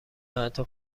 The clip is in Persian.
حتی